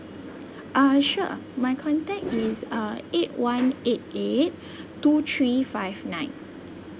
uh sure my contact is uh eight one eight eight two three five nine